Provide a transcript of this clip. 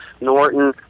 Norton